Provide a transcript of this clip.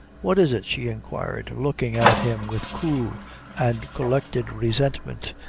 what is it? she inquired, looking at him with cool and collected resentment,